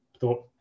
thought